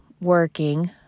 working